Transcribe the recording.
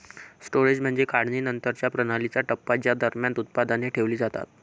storage म्हणजे काढणीनंतरच्या प्रणालीचा टप्पा ज्या दरम्यान उत्पादने ठेवली जातात